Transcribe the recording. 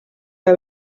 que